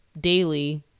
daily